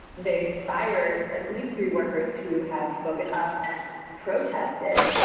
they've fired at least three workers who have spoken up and protested.